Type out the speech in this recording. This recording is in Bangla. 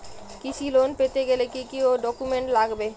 কৃষি লোন পেতে গেলে কি কি ডকুমেন্ট লাগবে?